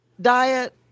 diet